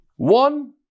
One